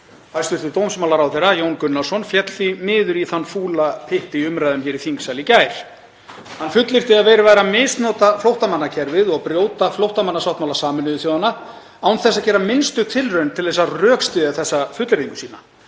Hæstv. dómsmálaráðherra Jón Gunnarsson féll því miður í þann fúla pytt í umræðum hér í þingsal í gær. Hann fullyrti að verið væri að misnota flóttamannakerfið og brjóta flóttamannasáttmála Sameinuðu þjóðanna án þess að gera minnstu tilraun til að rökstyðja þessa fullyrðingu sína